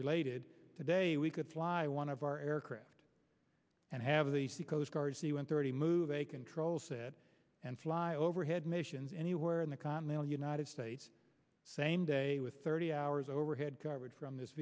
related today we could fly one of our aircraft and have these the coast guard c one thirty move a control set and fly overhead missions anywhere in the continental united states same day with thirty hours overhead coverage from this